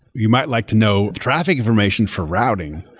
you might like to know traffic information for routing,